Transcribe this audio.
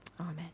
amen